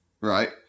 Right